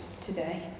today